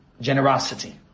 Generosity